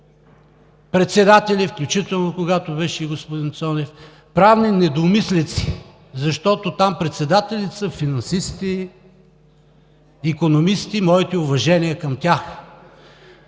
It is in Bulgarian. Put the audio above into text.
председатели, включително когато беше и господин Цонев, правни недомислици, защото там председателите са финансисти, икономисти. Моите уважения към тях.